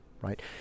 Right